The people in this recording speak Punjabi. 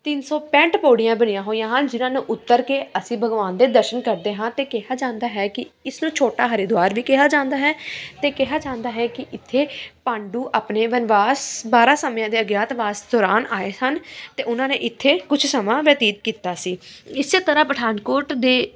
ਤਿੰਨ ਸੌ ਪੈਂਹਠ ਪੌੜੀਆਂ ਬਣੀਆਂ ਹੋਈਆਂ ਹਨ ਜਿਨ੍ਹਾਂ ਨੂੰ ਉਤਰ ਕੇ ਅਸੀਂ ਭਗਵਾਨ ਦੇ ਦਰਸ਼ਨ ਕਰਦੇ ਹਾਂ ਅਤੇ ਕਿਹਾ ਜਾਂਦਾ ਹੈ ਕਿ ਇਸ ਨੂੰ ਛੋਟਾ ਹਰਿਦੁਆਰ ਵੀ ਕਿਹਾ ਜਾਂਦਾ ਹੈ ਅਤੇ ਕਿਹਾ ਜਾਂਦਾ ਹੈ ਕਿ ਇੱਥੇ ਪਾਂਡੂ ਆਪਣੇ ਬਨਵਾਸ ਬਾਰਾਂ ਸਮਿਆਂ ਦੇ ਅਗਿਆਤ ਵਾਸ ਦੌਰਾਨ ਆਏ ਸਨ ਅਤੇ ਉਹਨਾਂ ਨੇ ਇੱਥੇ ਕੁਛ ਸਮਾਂ ਬਤੀਤ ਕੀਤਾ ਸੀ ਇਸੇ ਤਰ੍ਹਾਂ ਪਠਾਨਕੋਟ ਦੇ